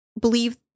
believe